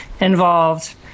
involved